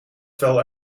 vuil